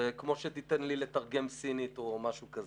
זה כמו שתיתן לי לתרגם סינית, משהו כזה.